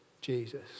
Jesus